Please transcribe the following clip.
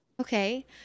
okay